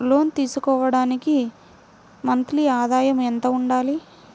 లోను తీసుకోవడానికి మంత్లీ ఆదాయము ఎంత ఉండాలి?